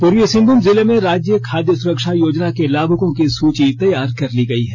पूर्वी सिंहभूम जिले में राज्य खाद्य सुरक्षा योजना के लाभुकों की सूची तैयार कर ली गई है